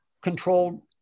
controlled